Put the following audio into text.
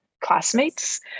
classmates